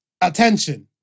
Attention